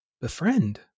befriend